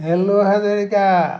hello Hazarika